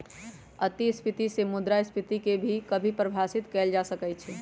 अतिस्फीती से मुद्रास्फीती के भी कभी कभी परिभाषित कइल जा सकई छ